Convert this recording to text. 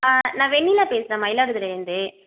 ஆ நான் வெண்ணிலா பேசுகிறேன் மயிலாடுதுறையிலேருந்து